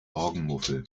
morgenmuffel